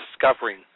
discovering